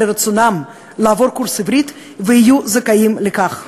רצונם לעבור קורס עברית ויהיו זכאים לכך.